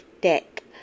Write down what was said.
Deck